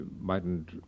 mightn't